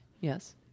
yes